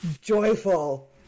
joyful